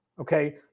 okay